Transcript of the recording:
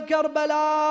Karbala